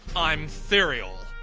i'm serial.